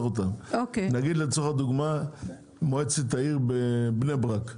נגיד לצורך הדוגמה מועצת העיר בבני ברק,